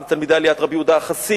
אם זה תלמידי רבי יהודה החסיד